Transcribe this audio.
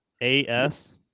A-S